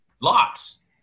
Lots